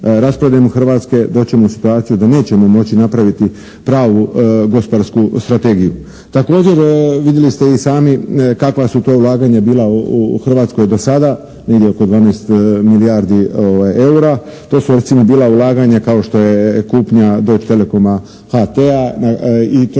rasprodajom Hrvatske doći ćemo u situaciju da nećemo moći napraviti pravu gospodarsku strategiju. Također, vidjeli ste i sami kakva su to ulaganja u Hrvatskoj bila do sada, negdje oko 12 milijardi eura. To su recimo bila ulaganja kao što je kupnja Deutsche Telekoma HT-a i to